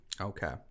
Okay